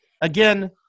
again